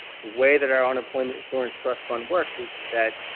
the way that our unemployment insurance trust fund works is is that,